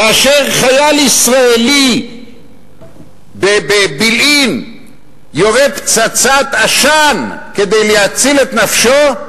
כאשר חייל ישראלי בבילעין יורה פצצת עשן כדי להציל את נפשו,